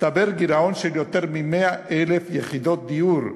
הצטבר גירעון של יותר מ-100,000 יחידות דיור,